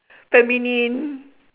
feminine